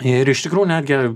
ir iš tikrųjų netgi